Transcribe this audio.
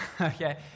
Okay